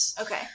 Okay